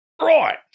Right